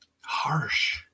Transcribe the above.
harsh